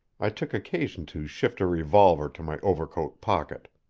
i took occasion to shift a revolver to my overcoat pocket.